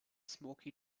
smoky